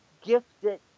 gifted